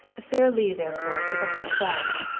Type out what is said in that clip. sara lee therefore took a hot bath,